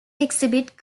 exhibit